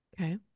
okay